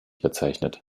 bezeichnet